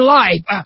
life